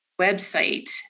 website